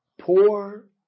poor